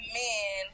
men